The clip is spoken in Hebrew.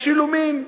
בשילומים,